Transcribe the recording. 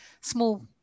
small